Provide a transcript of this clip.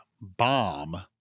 bomb